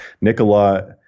Nicola